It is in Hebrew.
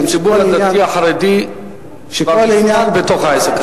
הציבור הדתי-חרדי כבר מזמן בתוך העסק הזה.